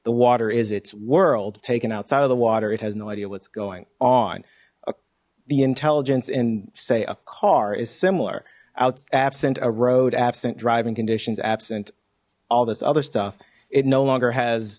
the water is its world taken outside of the water it has no idea what's going on the intelligence in say a car is similar out absent a road absent driving conditions absent all this other stuff it no longer has